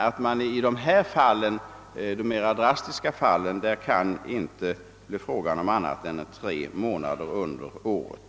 I de mera drastiska fallen kan det emellertid inte bli fråga om annat än tre månader under året.